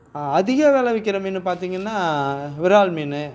அதிக வில விற்கிற மீன் பார்த்தீங்கன்னா விரால் மீன்